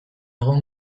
egun